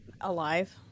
Alive